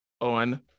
on